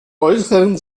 äußeren